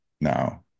now